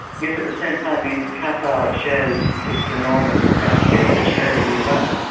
yet at the same time, i mean, qatar shares its enormous gas field, it shares it with iran.